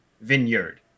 vineyard